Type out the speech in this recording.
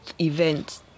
event